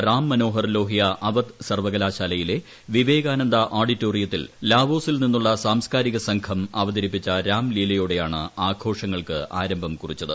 റാം മനോഹർ ലോഹ്യ അവദ് സർവകലാശാലയിലെ വിവേകാനന്ദ ആഡിറ്റോറിയത്തിൽ ലാവോസിൽ നിന്നുള്ള സാംസ്കാരിക സംഘം അവതരിപ്പിച്ച രാംലീലയോടെയാണ് ആഘോഷങ്ങൾക്ക് ആരംഭം കുറിച്ചത്